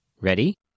Ready